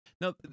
Now